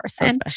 person